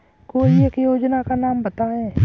कोई एक योजना का नाम बताएँ?